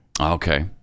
Okay